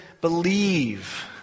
believe